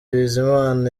bizimana